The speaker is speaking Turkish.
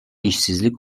işsizlik